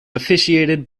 officiated